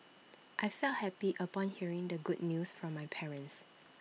I felt happy upon hearing the good news from my parents